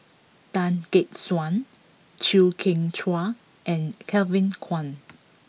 Tan Gek Suan Chew Kheng Chuan and Kevin Kwan